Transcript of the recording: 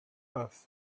earth